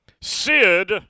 Sid